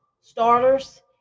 starters